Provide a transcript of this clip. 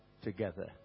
together